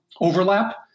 overlap